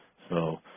so